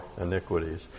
iniquities